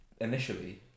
initially